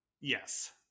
Yes